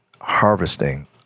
harvesting